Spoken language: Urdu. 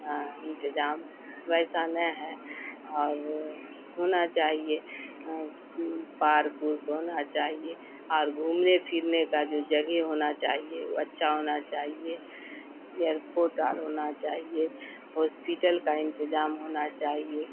انتظام ویسا نے ہے اور ہونا چاہیے پارک اورک ہونا چاہیے اور گھومنے پھرنے کا جو جگہ ہونا چاہیے وہ اچھا ہونا چاہیے ایئرپوٹ آر ہونا چاہیے ہوسپیٹل کا انتظام ہونا چاہیے